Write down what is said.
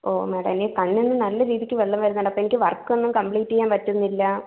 ഓ madam എനിക്ക് കണ്ണിന് നല്ല രീതിക്ക് വെള്ളം വരുന്നുണ്ട് അപ്പോൾ എനിക്ക് വർക്കൊന്നും കമ്പ്ലീറ്റ് ചെയ്യാൻ പറ്റുന്നില്ല